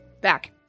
back